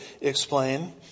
explain